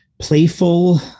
playful